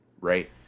right